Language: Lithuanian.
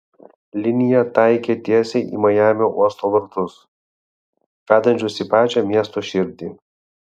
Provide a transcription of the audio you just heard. linija taikė tiesiai į majamio uosto vartus vedančius į pačią miesto širdį